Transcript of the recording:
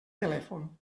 telèfon